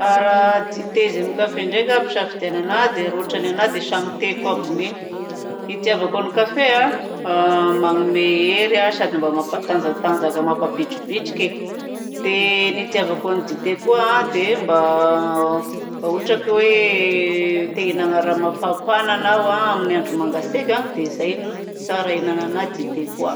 Raha dite izy amin'ny kafe ndraika no ampisafidianina anahy dia raha ohatra ny anahy dia samy tiako aby mi. Ny hitiavako kafe dia manome hery sady mba mampatanjatanjaka mampavitribitrika e. Dia ny hitiavako ny dite koa dia mba ohatra ka hoe te ihinana raha mafampàna ianao amin'ny andro mangatsiaka. Dia izay no tsara ihinana dite koa.